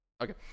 Okay